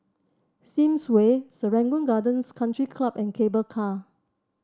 Sims Way Serangoon Gardens Country Club and Cable Car